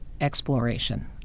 exploration